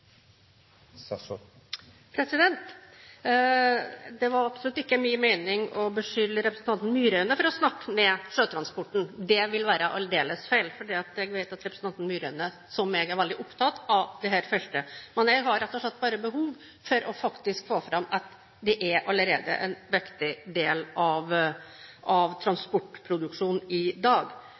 det. Det var absolutt ikke min mening å beskylde representanten Myraune for snakke ned sjøtransporten. Det vil være aldeles feil, for jeg vet at representanten Myraune – som jeg – er veldig opptatt av dette feltet. Men jeg har rett og slett bare behov for faktisk å få fram at den allerede er en viktig del av transportproduksjonen i dag.